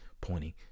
pointing